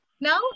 now